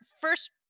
first